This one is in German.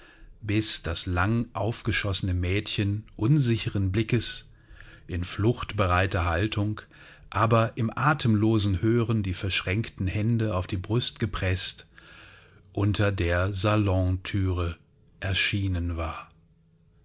bis das langaufgeschossene mädchen unsicheren blickes in fluchtbereiter haltung aber im atemlosen hören die verschränkten hände auf die brust gepreßt unter der salonthüre erschienen war